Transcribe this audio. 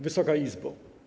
Wysoka Izbo!